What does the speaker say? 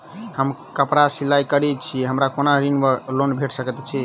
हम कापड़ सिलाई करै छीयै हमरा कोनो ऋण वा लोन भेट सकैत अछि?